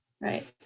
Right